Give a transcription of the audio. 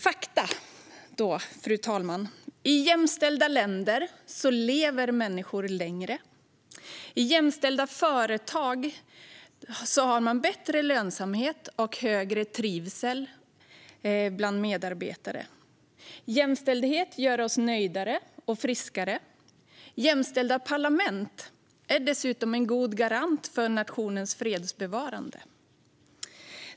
Fru talman! Enligt fakta lever människor längre i jämställda länder. Jämställda företag har bättre lönsamhet och högre trivsel bland medarbetare. Jämställdhet gör oss nöjdare och friskare. Dessutom är jämställda parlament en god garant för en nations fredsbevarande.